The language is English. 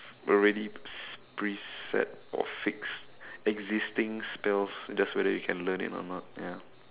already preset or fixed existing spells just whether you can learn it or not ya